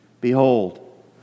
Behold